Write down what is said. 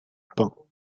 pains